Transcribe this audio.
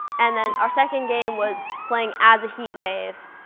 and then our second game was playing as a heat wave,